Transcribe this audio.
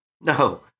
No